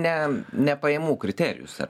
ne ne pajamų kriterijus ar